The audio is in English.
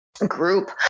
group